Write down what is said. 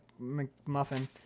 McMuffin